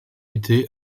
été